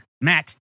Matt